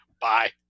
Bye